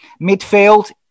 midfield